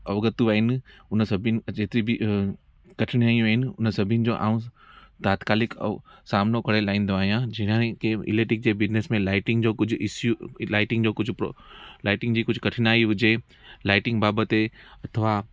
औगतू आहिनि उन सभिनि जेतिरी बि कठिनाइयूं आहिनि उन सभिनि जो ऐं दातकालिक ऐं सामिनो करे लाहींदो आहियां जीअं इलैक्ट्रिक जे बिज़नस में लाइटिंग जो कुझु इसियु लाइटिंग जो कुझ प्रॉ लाइटिंग जी कुझ कठिनाई हुजे लाइटिंग बाबति अथवा